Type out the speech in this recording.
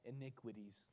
iniquities